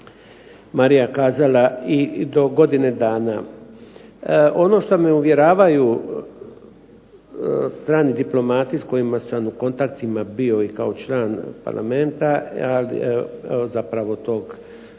Marija kazala i do godine dana. Ono što me uvjeravaju strani diplomati s kojima sam u kontaktima bio i kao član parlamenta, zapravo tog